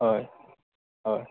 अय अय